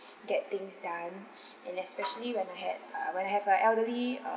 get things done and especially when I had uh when I have a elderly uh